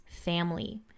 family